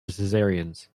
cesareans